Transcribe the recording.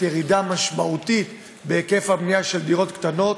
ירידה משמעותית בהיקף הבנייה של דירות קטנות,